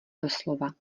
doslova